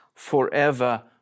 forever